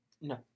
No